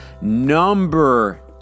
number